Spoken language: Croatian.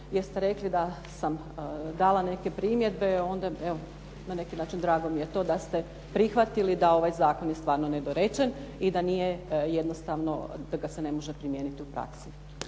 jeste rekli da sam dala neke primjedbe, onda evo na neki način drago mi je to da ste prihvatili da ovaj zakon je stvarno nedorečen i da ga se jednostavno ne može primijeniti u praksi.